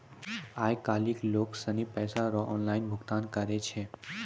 आय काइल लोग सनी पैसा रो ऑनलाइन भुगतान करै छै